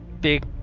big